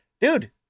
dude